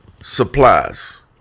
supplies